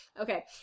Okay